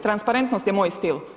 Transparentnost je moj stil.